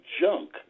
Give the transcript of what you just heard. junk